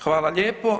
Hvala lijepo.